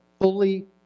fully